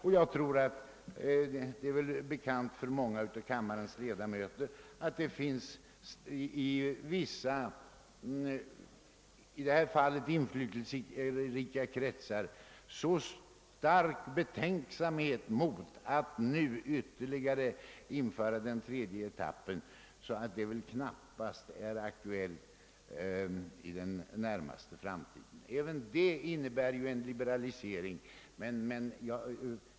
Det är förmodligen bekant för många av kammarens ledamöter, att det i vissa i detta fall inflytelserika kretsar råder så stark betänksamhet mot att nu genomföra den tredje etappen, att den knappast blir aktuell under den närmaste framtiden. Även det innebär ju en liberalisering.